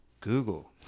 Google